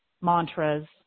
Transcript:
mantras